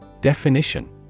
Definition